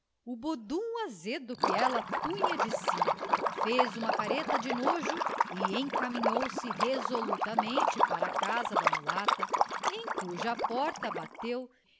o bodum azedo que ela punha de si fez uma careta de nojo e encaminhou-se resolutamente para a casa da mulata em cuja porta bateu